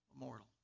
immortal